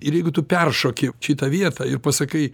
ir jeigu tu peršoki šitą vietą ir pasakai